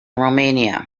romania